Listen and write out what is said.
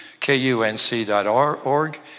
KUNC.org